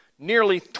Nearly